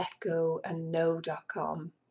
letgoandknow.com